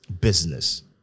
business